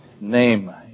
name